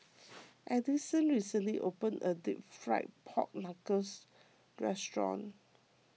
Addyson recently opened a Deep Fried Pork Knuckles restaurant